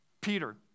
Peter